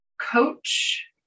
coach